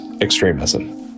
extremism